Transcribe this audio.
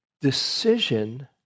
decision